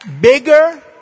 bigger